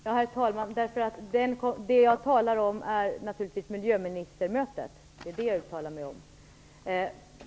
Herr talman! Därför att det jag talar om naturligtvis är miljöministermötet. Det är det jag uttalar mig om.